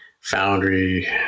foundry